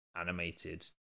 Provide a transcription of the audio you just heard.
animated